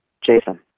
Jason